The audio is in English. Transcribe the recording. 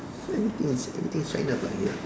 everything is everything is China plug here